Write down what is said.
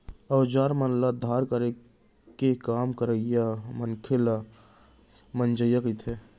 अउजार मन ल धार करे के काम करइया मनसे ल मंजइया कथें